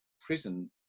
prison